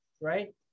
right